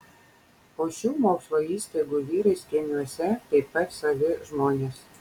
o šių mokslo įstaigų vyrai skėmiuose taip pat savi žmonės